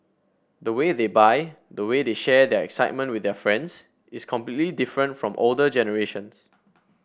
the way they buy the way they share their excitement with their friends is completely different from older generations